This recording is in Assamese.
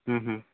হু হু